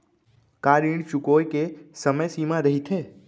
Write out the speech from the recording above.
का ऋण चुकोय के समय सीमा रहिथे?